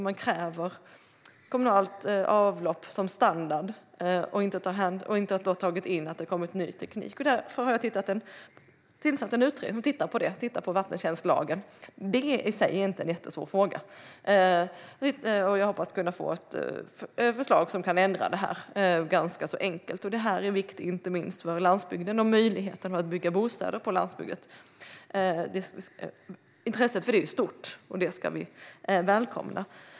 Man kräver kommunalt avlopp som standard och tar inte in att det har kommit ny teknik. Därför har jag tillsatt en utredning som tittar på detta och på vattentjänstlagen. Det är i sig inte en jättesvår fråga, och jag hoppas kunna få ett förslag som ganska enkelt kommer att kunna ändra detta. Det är viktigt inte minst för landsbygden och möjligheten att bygga bostäder på landsbygden. Intresset för det är ju stort, och det ska vi välkomna.